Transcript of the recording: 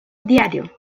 diario